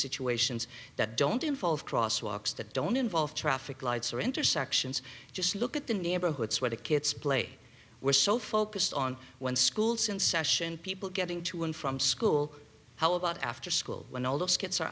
situations that don't involve cross walks that don't involve traffic lights or intersections just look at the neighborhoods where the kids play we're so focused on when schools in session people getting to and from school how about after school when all of skits are